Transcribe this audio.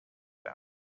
them